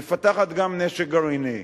מפתחת גם נשק גרעיני.